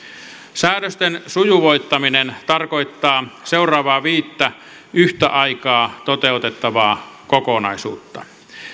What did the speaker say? säädösten sujuvoittaminen tarkoittaa seuraavaa viittä yhtä aikaa toteutettavaa kokonaisuutta